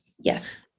Yes